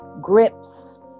grips